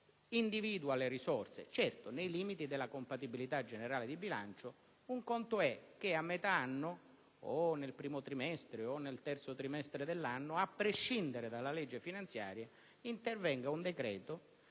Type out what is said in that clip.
individua le risorse, certo nei limiti della compatibilità generale di bilancio, un'altro conto è che nel primo trimestre, a metà anno o nel terzo trimestre, a prescindere dalla legge finanziaria, intervenga un decreto